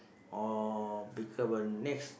or become a next